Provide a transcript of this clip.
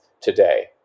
Today